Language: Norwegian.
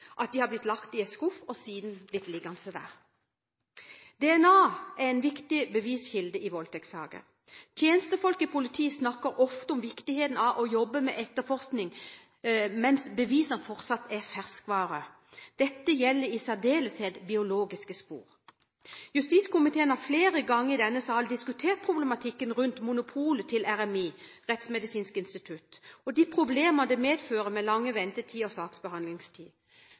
at de er blitt lagt i en skuff og siden blitt liggende der. DNA er en viktig beviskilde i voldtektssaker. Tjenestefolk i politiet snakker ofte om viktigheten av å jobbe med etterforskning mens bevisene fortsatt er ferskvare. Dette gjelder i særdeleshet biologiske spor. Justiskomiteen har flere ganger i denne sal diskutert problematikken rundt monopolet til RMI, Rettsmedisinsk institutt, og de problemene det medfører med lang ventetid og lang saksbehandlingstid.